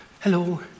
Hello